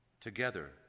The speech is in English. Together